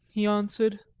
he answered.